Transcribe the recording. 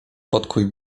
podkuj